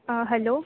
hello